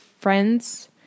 friends